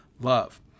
love